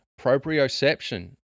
proprioception